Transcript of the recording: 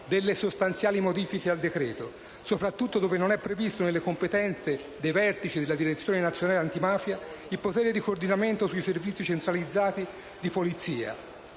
delle sostanziali modifiche al decreto-legge, soprattutto dove non è previsto nelle competenze dei vertici della DNA il potere di coordinamento sui servizi centralizzati di polizia.